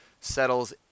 settles